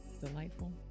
Delightful